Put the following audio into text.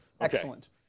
excellent